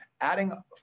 adding